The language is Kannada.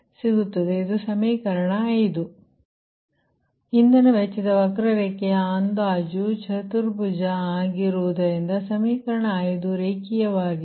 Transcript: ಆದ್ದರಿಂದ ಇಂಧನ ವೆಚ್ಚದ ವಕ್ರರೇಖೆ CiPgi ಅಂದಾಜು ಚತುರ್ಭುಜ ಆಗಿರುವುದರಿಂದ ಸಮೀಕರಣ 5 ರೇಖೀಯವಾಗಿದೆ